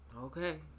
Okay